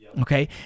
okay